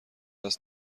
است